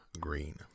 green